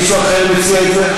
מישהו אחר מציע את זה?